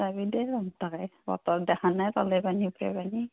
তই বতৰ দেখা নাই তলে পানী ওপ্ৰে পানী